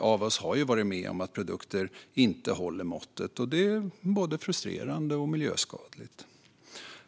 av oss har varit med om att produkter inte håller måttet. Det är både frustrerande och miljöskadligt.